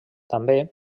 també